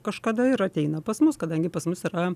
kažkada ir ateina pas mus kadangi pas mus yra